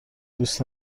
دوست